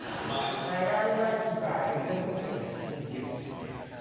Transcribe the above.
you mind. i would like to buy a dozen donuts with this gift certificate.